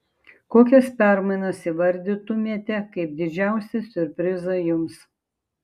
kokias permainas įvardytumėte kaip didžiausią siurprizą jums